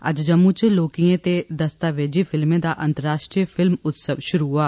अज्ज जम्मू च लौहकियें ते दस्तावेजी फिल्में दा अंतर्राष्ट्रीय फिल्म उत्सव शुरु होआ